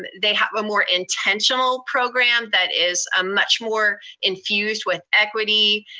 um they have a more intentional program that is ah much more infused with equity,